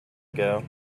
ago